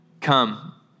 come